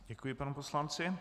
Děkuji panu poslanci.